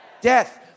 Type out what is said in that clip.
Death